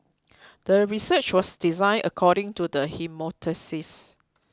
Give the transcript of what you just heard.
the research was designed according to the hypothesis